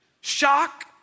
shock